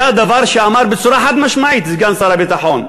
זה הדבר שאמר בצורה חד-משמעית סגן שר הביטחון.